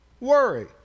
worry